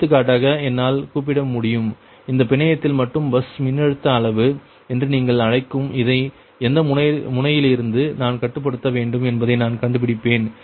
எடுத்துக்காட்டாக என்னால் கூப்பிட முடியும் இந்த பிணையத்தில் மட்டும் பஸ் மின்னழுத்த அளவு என்று நீங்கள் அழைக்கும் இதை எந்த முனையிலிருந்து நான் கட்டுப்படுத்த வேண்டும் என்பதை நான் கண்டுபிடிப்பேன்